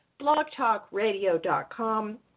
blogtalkradio.com